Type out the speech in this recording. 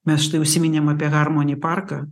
mes tai užsiminėm apie harmoni parką